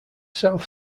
south